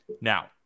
Now